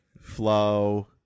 Flow